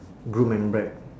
groom and bride